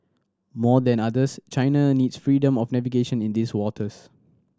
more than others China needs freedom of navigation in these waters